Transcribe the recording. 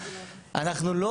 אנחנו לא,